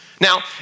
Now